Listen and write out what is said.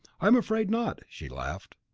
i'm afraid not, she laughed.